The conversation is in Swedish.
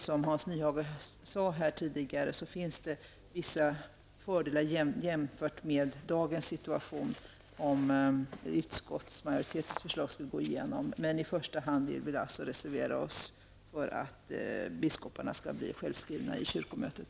Som Hans Nyhage sade tidigare finns det i utskottsmajoritetens förslag vissa fördelar jämfört med dagens situation. Men i första hand vill vi reservera oss för att biskoparna skall bli självskrivna i kyrkomötet.